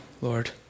Lord